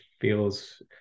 feels